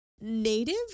native